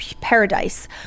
paradise